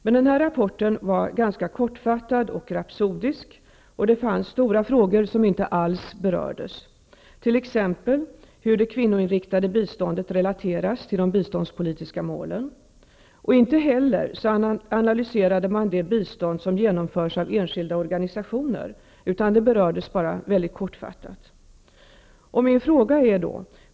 Men den här rapporten var ganska kortfattad och rapsodisk, och det fanns stora frågor som inte alls berördes, t.ex. hur det kvinnoinriktade biståndet relateras till de biståndspolitiska målen. Inte heller analyserade man det bistånd som genomförs av enskilda organisationer, utan det berördes bara mycket kortfattat.